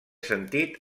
sentit